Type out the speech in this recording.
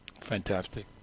Fantastic